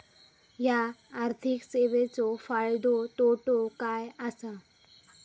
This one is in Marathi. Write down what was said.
हया आर्थिक सेवेंचो फायदो तोटो काय आसा?